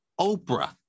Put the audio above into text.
oprah